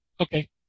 okay